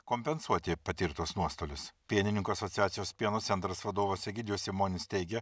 kompensuoti patirtus nuostolius pienininkų asociacijos pieno centras vadovas egidijus simonis teigia